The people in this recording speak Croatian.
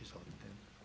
Izvolite.